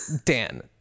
Dan